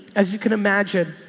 as you can imagine,